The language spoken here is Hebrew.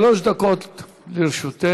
שלוש דקות לרשותך.